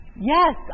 Yes